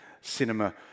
cinema